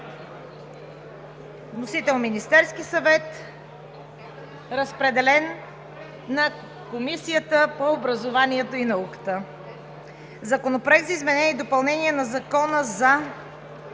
Вносител е Министерският съвет. Разпределен е на Комисията по образованието и науката. Законопроект за изменение и допълнение на Закона за